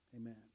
amen